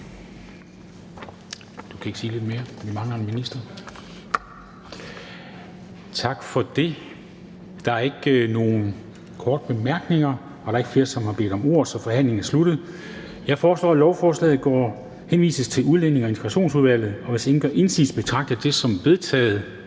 Formanden (Henrik Dam Kristensen): Tak for det. Der er ikke nogen korte bemærkninger, og der er ikke flere, som har bedt om ordet. Forhandlingen er sluttet. Jeg foreslår, at lovforslaget henvises til Udlændinge- og Integrationsudvalget, og hvis ingen gør indsigelse, betragter jeg det som vedtaget.